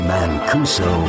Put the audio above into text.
Mancuso